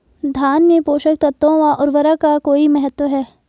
धान में पोषक तत्वों व उर्वरक का कोई महत्व है?